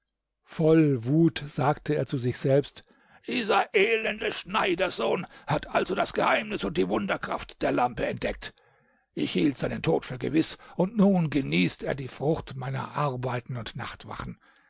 voll wut sagte er zu sich selbst dieser elende schneiderssohn hat also das geheimnis und die wunderkraft der lampe entdeckt ich hielt seinen tod für gewiß und nun genießt er die frucht meiner arbeiten und nachtwachen